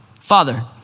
father